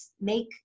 make